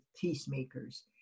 peacemakers